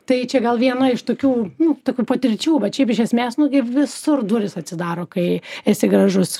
tai čia gal viena iš tokių nu tokių patirčių bet šiaip iš esmės nugi visur durys atsidaro kai esi gražus